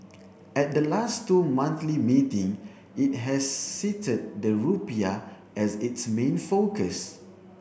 at the last two monthly meeting it has cited the rupiah as its main focus